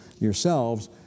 yourselves